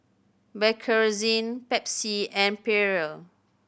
Bakerzin Pepsi and Perrier